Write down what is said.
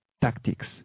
tactics